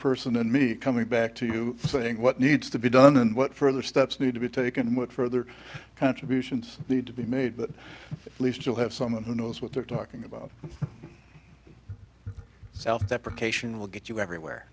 person and me coming back to saying what needs to be done and what further steps need to be taken and what further contributions need to be made but at least you'll have someone who knows what they're talking about self deprecation will get you everywhere